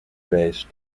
based